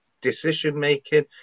decision-making